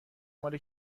مال